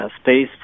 space